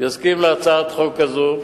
יסכים להצעת חוק כזאת,